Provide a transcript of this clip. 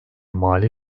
mali